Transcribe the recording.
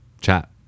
chat